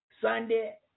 Sunday